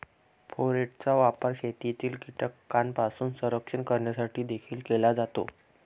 फोरेटचा वापर शेतातील कीटकांपासून संरक्षण करण्यासाठी देखील केला जातो